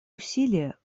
усилия